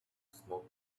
smoke